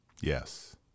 Yes